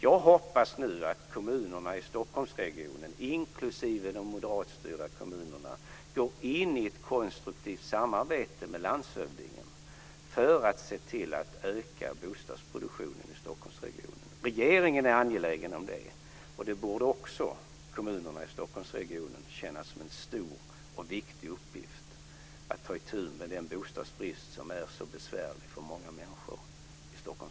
Jag hoppas nu att kommunerna i Stockholmsregionen, inklusive de moderatstyrda kommunerna, går in i ett konstruktivt samarbete med landshövdingen för att se till att öka bostadsproduktionen i Stockholmsregionen. Regeringen är angelägen om detta, och dessa kommuner borde känna som en stor och viktig uppgift att ta itu med den bostadsbrist som är så besvärlig för många människor i Stockholm.